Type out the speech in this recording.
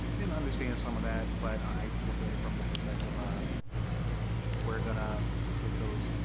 didn't understand some of that, but i look at it from the perspective of we're gonna get those,